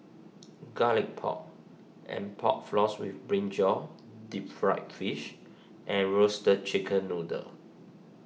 Garlic Pork and Pork Floss with Brinjal Deep Fried Fish and Roasted Chicken Noodle